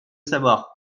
savoir